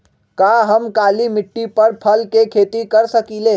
का हम काली मिट्टी पर फल के खेती कर सकिले?